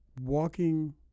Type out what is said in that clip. Walking